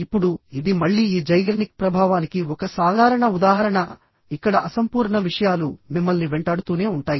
ఇప్పుడు ఇది మళ్ళీ ఈ జైగర్నిక్ ప్రభావానికి ఒక సాధారణ ఉదాహరణ ఇక్కడ అసంపూర్ణ విషయాలు మిమ్మల్ని వెంటాడుతూనే ఉంటాయి